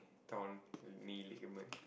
torn knee ligament